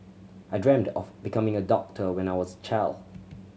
I dreamt of becoming a doctor when I was a child